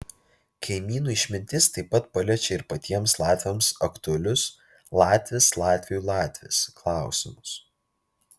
kaimynų išmintis taip pat paliečia ir patiems latviams aktualius latvis latviui latvis klausimus